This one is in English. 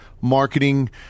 marketing